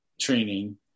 training